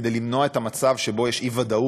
כדי למנוע את המצב של אי-ודאות,